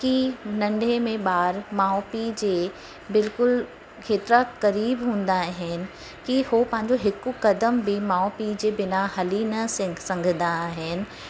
कि नंढे में ॿार माउ पीउ जे बिल्कुलु केतिरा क़रीब हूंदा आहिनि कि हो पंहिंजो हिकु क़दम बि माउ पीउ जे बिना हली न संघ संघदा आहिनि